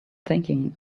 thinking